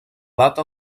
data